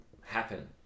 happen